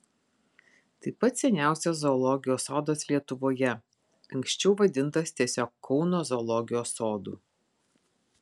tai pats seniausias zoologijos sodas lietuvoje anksčiau vadintas tiesiog kauno zoologijos sodu